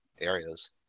areas